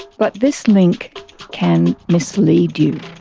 but this link can mislead you.